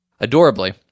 Adorably